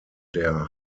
der